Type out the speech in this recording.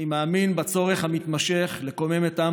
אני מאמין בצורך המתמשך לקומם את העם